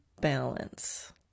balance